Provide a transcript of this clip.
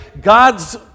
God's